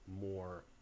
more